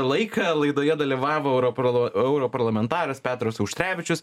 laiką laidoje dalyvavo europorlo europarlamentaras petras auštrevičius